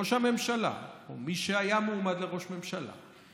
ראש הממשלה, או מי שהיה מועמד לראש ממשלה,